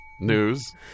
News